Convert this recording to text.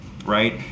right